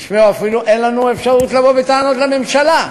תשמעו, אפילו אין לנו אפשרות לבוא בטענות לממשלה.